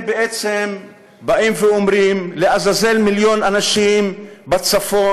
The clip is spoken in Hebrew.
בעצם אומרים: לעזאזל מיליון אנשים בצפון,